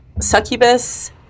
succubus